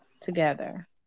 together